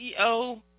CEO